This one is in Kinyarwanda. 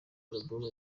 albumu